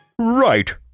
Right